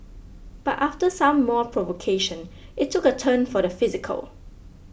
but after some more provocation it took a turn for the physical